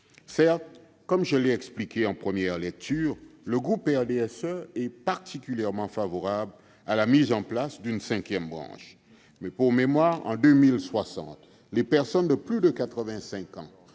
est, je l'ai expliqué en première lecture, particulièrement favorable à la mise en place d'une cinquième branche. Pour mémoire, en 2060, les personnes de plus de 85 ans